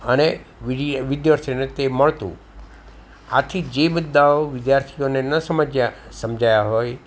અને વિદ્યાર્થીઓને તે મળતું આથી જે મુદ્દાઓ વિદ્યાર્થીઓને ન સમજ્યા સમજાયા હોય